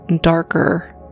darker